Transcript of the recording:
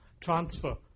transfer